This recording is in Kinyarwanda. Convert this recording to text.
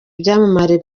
byamamare